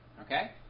Okay